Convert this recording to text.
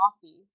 Coffee